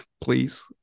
please